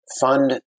fund